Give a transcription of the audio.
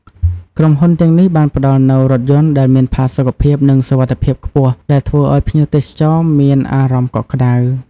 ក្រុមហ៊ុនទាំងនេះបានផ្តល់នូវរថយន្តដែលមានផាសុកភាពនិងសុវត្ថិភាពខ្ពស់ដែលធ្វើឱ្យភ្ញៀវទេសចរមានអារម្មណ៍កក់ក្តៅ។